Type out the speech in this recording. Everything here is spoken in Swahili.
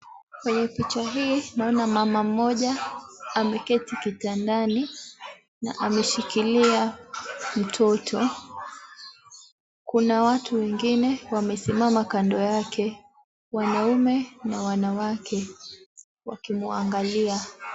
Kwenye picha hii, naona mama mmoja ameketi kitandani na ameshikilia mtoto. Kuna watu wengine wamesimama kando yake, wanaume na wanawake, wakimuangalia.